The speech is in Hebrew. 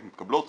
חלק מתקבלות,